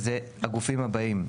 ואלה הגופים הבאים,